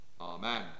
Amen